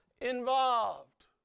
involved